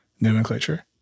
nomenclature